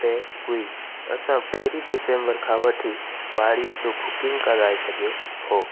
ते हुई असां पहिरीं डिसेम्बर खां वठी वाड़ीअ जो बुकिंग कराए छॾियो हो